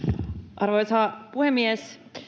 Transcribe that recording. arvoisa puhemies